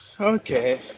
Okay